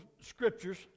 scriptures